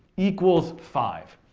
equals five.